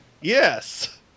Yes